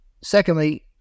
secondly